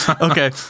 Okay